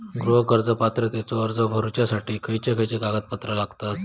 गृह कर्ज पात्रतेचो अर्ज भरुच्यासाठी खयचे खयचे कागदपत्र लागतत?